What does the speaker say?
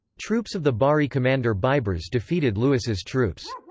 troops of the bahri commander baibars defeated louis's troops.